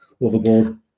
overboard